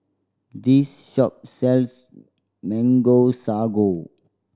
this shop sells Mango Sago